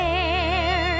air